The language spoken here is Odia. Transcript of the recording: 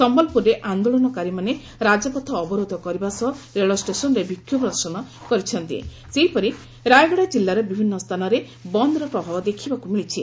ସମ୍ୟଲପୁରରେ ଆନ୍ଦୋଳନକାରୀମାନେ ରାଜପଥ ଅବରୋଧ କରିବା ସହ ରେଳ ଷ୍ଟେସନ୍ରେ ବିଷୋଭ ପ୍ରଦର୍ଶନ କରିଥିଲେ ସେହିପରି ରାୟଗଡ଼ା ଜିଲ୍ଲାର ବିଭିନ୍ନ ସ୍ରାନରେ ଏହି ବନ୍ଦର ପ୍ରଭାବ ଦେଖ୍ବାକୁ ମିଳିଛି